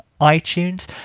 iTunes